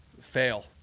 fail